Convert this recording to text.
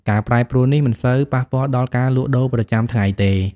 ការប្រែប្រួលនេះមិនសូវប៉ះពាល់ដល់ការលក់ដូរប្រចាំថ្ងៃទេ។